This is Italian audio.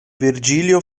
virgilio